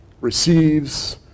receives